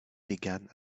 began